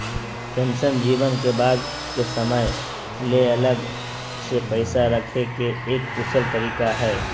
pension जीवन में बाद के समय ले अलग से पैसा रखे के एक कुशल तरीका हय